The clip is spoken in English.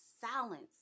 silence